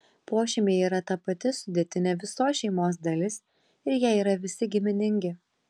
pošeimiai yra ta pati sudėtinė visos šeimos dalis ir jie yra visi giminingi